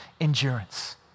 endurance